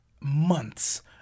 months